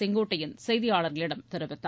செங்கோட்டையன் செய்தியாளர்களிடம் தெரிவித்தார்